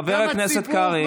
חבר הכנסת קרעי.